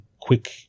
quick